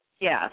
yes